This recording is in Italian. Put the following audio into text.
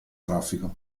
traffico